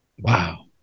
Wow